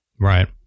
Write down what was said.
Right